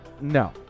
No